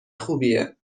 خوبیه